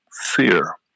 fear